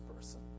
person